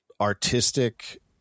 artistic